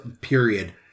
period